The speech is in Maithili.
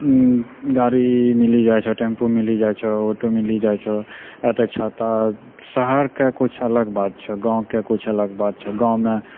गाड़ी मिलि जाइ छऽ टेम्पू मिली जाइ छऽ ऑटो मिलि जाइ छऽ या छाता शहरके किछु अलग बात छऽ गाँवके किछु अलग बात छऽ गाँवमे